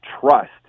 trust